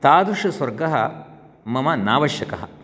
तादृशस्वर्गः मम नावश्यकः